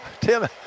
Tim